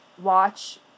watch